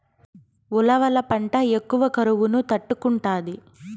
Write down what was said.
ఉలవల పంట ఎక్కువ కరువును తట్టుకుంటాది